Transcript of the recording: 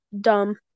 dumb